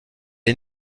est